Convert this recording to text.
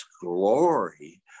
glory